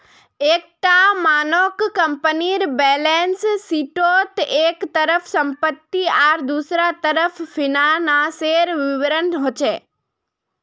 एक टा मानक कम्पनीर बैलेंस शीटोत एक तरफ सम्पति आर दुसरा तरफ फिनानासेर विवरण होचे